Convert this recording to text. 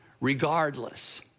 regardless